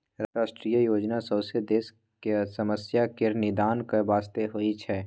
राष्ट्रीय योजना सौंसे देशक समस्या केर निदानक बास्ते होइ छै